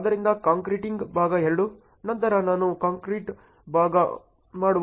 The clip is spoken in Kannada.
ಆದ್ದರಿಂದ ಕಾಂಕ್ರೀಟಿಂಗ್ನ ಭಾಗ 2 ನಂತರ ನಾನು ಕಾಂಕ್ರೀಟ್ ಮಾಡುವ ಭಾಗ 3 ಅನ್ನು ಹೊಂದಿದ್ದೇನೆ